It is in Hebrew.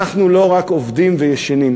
אנחנו לא רק עובדים וישנים.